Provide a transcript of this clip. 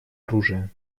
оружия